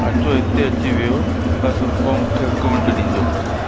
अचो हिते अची वियो बसि रुॻो मूंखे हिकु मिंट ॾिजो